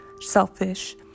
selfish